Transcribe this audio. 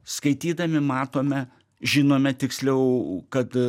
skaitydami matome žinome tiksliau kad